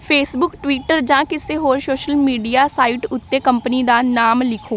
Facebook Twitter ਜਾਂ ਕਿਸੇ ਹੋਰ ਸੋਸ਼ਲ ਮੀਡੀਆ ਸਾਈਟ ਉੱਤੇ ਕੰਪਨੀ ਦਾ ਨਾਮ ਲਿਖੋ